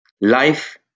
Life